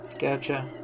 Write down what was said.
Gotcha